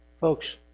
Folks